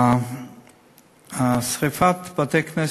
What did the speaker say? שרפת בתי-כנסת,